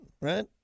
right